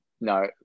no